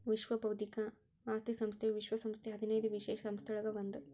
ವಿಶ್ವ ಬೌದ್ಧಿಕ ಆಸ್ತಿ ಸಂಸ್ಥೆಯು ವಿಶ್ವ ಸಂಸ್ಥೆಯ ಹದಿನೈದು ವಿಶೇಷ ಸಂಸ್ಥೆಗಳೊಳಗ ಒಂದ್